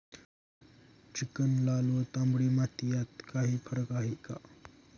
Chicken, लाल व तांबडी माती यात काही फरक आहे का?